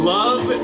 love